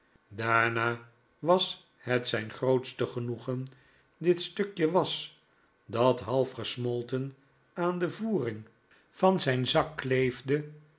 daarna was het zijn grootste genoegen dit stukje was dat half gesmolten aan de voering van zijn zak kleefde